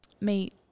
meet